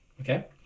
Okay